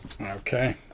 Okay